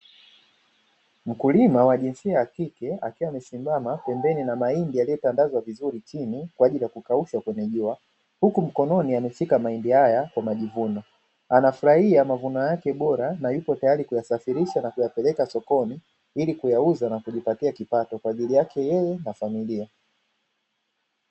Mkulima wa jinsia ya kike akiwa amesimama pembeni na mahindi yaliyotandazwa vizuri chini kwa ajili ya kukaushwa kwenye jua, huku mkononi amefika mahindi haya kwa majivuno, anafurahia mavuno yake bora na yuko tayari kuyasafirisha na kuyapeleka sokoni ili kuyauza na kujipatia kipato kwaajili yake yeye na familia.